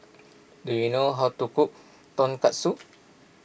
do you know how to cook Tonkatsu